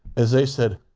as they said,